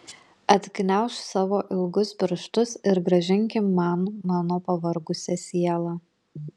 atgniaužk savo ilgus pirštus ir grąžinki man mano pavargusią sielą